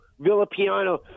Villapiano